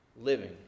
living